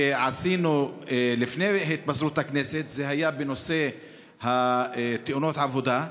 שעשינו לפני התפזרות הכנסת היה בנושא תאונות העבודה,